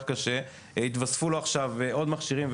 קשה יתווספו לו עכשיו עוד מכשירים,